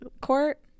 court